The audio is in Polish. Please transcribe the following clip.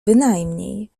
bynajmniej